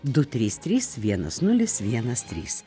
du trys trys vienas nulis vienas trys